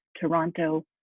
Toronto